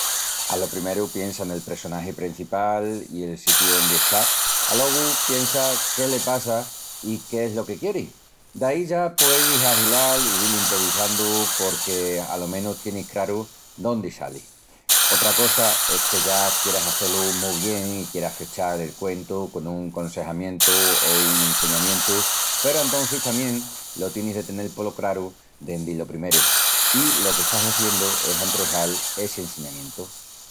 Alo primeru piensa nel pressonagi prencipal i el sitiu ondi está. Alogu piensa qué le passa i qué es lo que quieri. Daí ya pueis ahilal i dil improvisandu porque alo menus tienis craru dóndi salis. Otra cosa es que ya quieras hazé-lu mu bien i quieras fechal el cuentu con un consejamientu o un enseñamientu peru antocis tamién lo tienis de tenel polo craru dendi lo primeru i lo que estás hiziendu es antruejal essi enseñamientu.